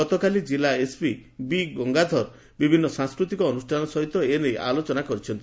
ଗତକାଲି ଜିଲ୍ଲା SP B Gangadhar ବିଭିନ୍ନ ସାଂସ୍କୃତିକ ଅନୁଷ୍ଠାନ ସହିତ ଏନେଇ ଆଲୋଚନା କରିଛନ୍ତି